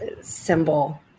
symbol